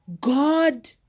God